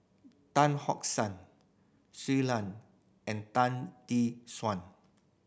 Tan Hock San Shui Lan and Tan Tee Suan